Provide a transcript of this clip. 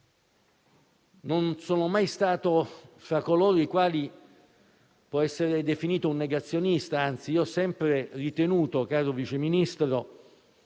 non sono mai stato tra coloro i quali possono essere definiti negazionisti, anzi ho sempre ritenuto, caro Vice Ministro,